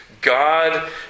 God